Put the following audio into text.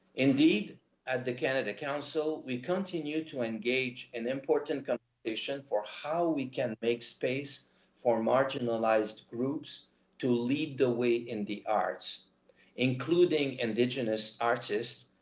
indeed at the canada council, we continue to engage and in important conversation, for how we can make space for marginalized groups to lead the way in the arts including indigenous artists,